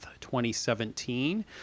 2017